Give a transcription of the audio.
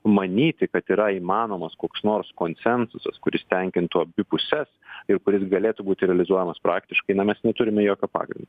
manyti kad yra įmanomas koks nors konsensusas kuris tenkintų abi puses ir kuris galėtų būti realizuojamas praktiškai na mes neturime jokio pagrindo